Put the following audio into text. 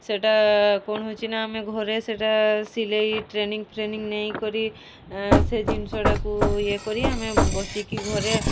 ସେଟା କ'ଣ ହେଉଛି ନା ଆମେ ଘରେ ସେଇଟା ସିଲାଇ ଟ୍ରେନିଂ ଫ୍ରେନିଂ ନେଇକରି ସେ ଜିନିଷଟାକୁ ଇଏ କରି ଆମେ ବସିକି ଘରେ